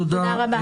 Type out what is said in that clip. תודה רבה.